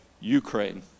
Ukraine